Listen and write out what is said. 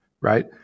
right